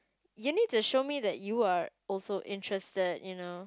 you need to show me that you are also interested you know